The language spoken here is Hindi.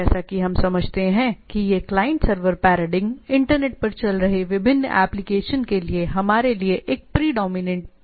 जैसा कि हम समझते हैं कि यह क्लाइंट सर्वर पैराडिग्म इंटरनेट पर चल रहे विभिन्न एप्लीकेशन के लिए हमारे लिए एक प्रेडोमिनेंट पैराडिग्म है